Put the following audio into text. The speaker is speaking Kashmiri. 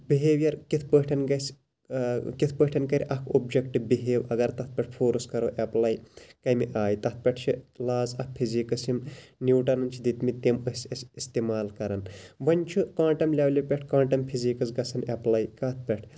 بِہیٚویر کِتھ پٲٹھ گَژھِ کِتھ پٲٹھ کَرِ اکھ اوٚبجَکٹہٕ بِہیو اَگَر تتھ پٮ۪ٹھ فورس کَرو ایٚپلاے کمہ آیہِ تَتھ پٮ۪ٹھ چھِ لاز آف فِزِکس یِم نوٹَنَن چھِ دِتمٕتۍ تِم ٲسۍ اَسہِ اِستِمال کَران وۄنۍ چھُ کانٛٹَم لیٚولہِ پٮ۪ٹھ کانٛٹَم فِزِکس گَژھان ایٚپلاے کتھ پٮ۪ٹھ